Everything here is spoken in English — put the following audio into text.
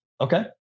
okay